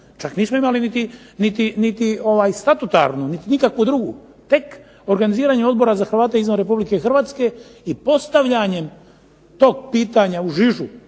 čak nismo imali niti statutarnu niti nikakvu drugu, tek organiziranje Odbora za Hrvate izvan Republike Hrvatske i postavljanjem tog pitanja u žižu,